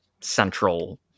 central